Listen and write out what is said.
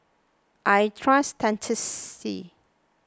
I trust dentiste